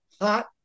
hot